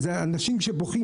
אלו אנשים שבוכים,